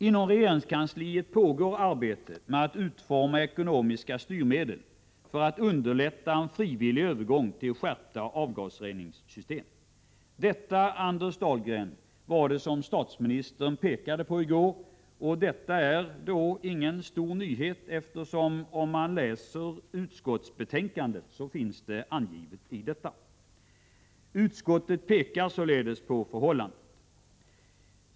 Inom regeringskansliet pågår arbete med att utforma ekonomiska styrmedel för att underlätta en frivillig övergång till skärpta avgasreningssystem. Detta, Anders Dahlgren, var det som statsministern pekade på i går. Det är ingen stor nyhet, eftersom utskottet berör detta förhållande i betänkandet.